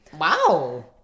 Wow